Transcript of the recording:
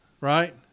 right